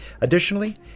Additionally